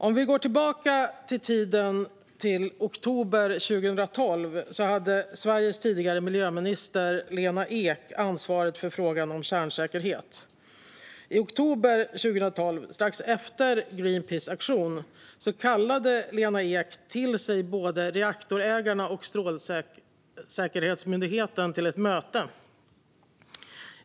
Jag går tillbaka i tiden, till oktober 2012. Då hade Sveriges tidigare miljöminister Lena Ek ansvaret för frågan om kärnsäkerhet. I oktober 2012, strax efter Greenpeaces aktion, kallade Lena Ek både reaktorägarna och Strålsäkerhetsmyndigheten till ett möte.